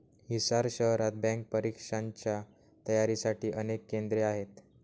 हिसार शहरात बँक परीक्षांच्या तयारीसाठी अनेक केंद्रे आहेत